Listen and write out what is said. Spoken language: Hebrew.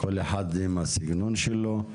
כל אחד עם הסגנון שלו.